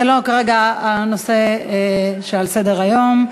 זה לא הנושא שעל סדר-היום כרגע.